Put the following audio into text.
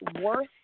worth